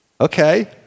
Okay